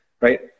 Right